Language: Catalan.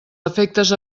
efectes